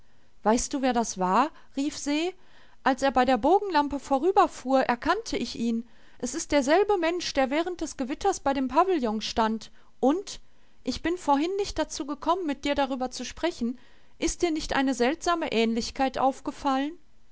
weißt du wer das war rief se als er bei der bogenlampe vorüberfuhr erkannte ich ihn es ist derselbe mensch der während des gewitters bei dem pavillon stand und ich bin vorhin nicht dazu gekommen mit dir darüber zu sprechen ist dir nicht eine seltsame ähnlichkeit aufgefallen